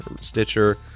Stitcher